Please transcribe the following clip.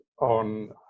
on